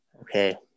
Okay